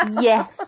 Yes